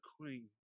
queen